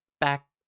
back